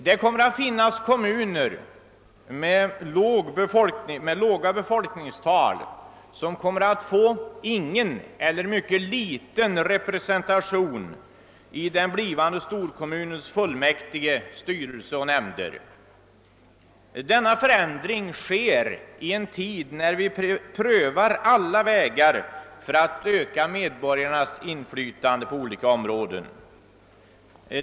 Det kommer att finnas kommuner med låga befolkningstal som inte kommer att få någon eller bara mycket liten representation i den blivande storkommunens fullmäktige, styrelser och nämnder. Denna förändring sker i en tid när vi prövar alla vägar för att öka medborgarnas inflytande på olika områden.